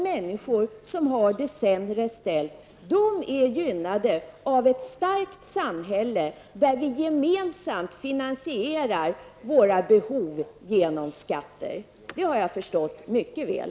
Människor som har det sämre ställt är gynnade av ett starkt samhälle där vi gemensamt finansierar våra behov genom skatter. Det har jag förstått mycket väl.